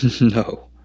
No